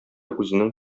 үзенең